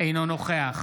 אינו נוכח